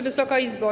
Wysoka Izbo!